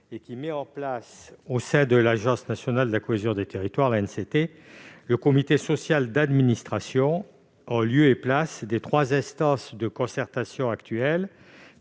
qui met en place, au sein de l'Agence nationale de la cohésion des territoires (ANCT), le comité social d'administration, en lieu et place des trois instances de concertation actuelles